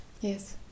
Yes